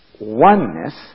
oneness